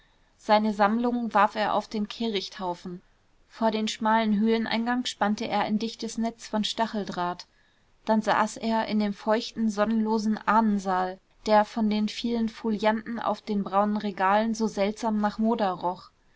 seine sammlungen warf er auf den kehrichthaufen vor den schmalen höhleneingang spannte er ein dichtes netz von stacheldraht dann saß er in dem feuchten sonnenlosen ahnensaal der von den vielen folianten auf den braunen regalen so seltsam nach moder roch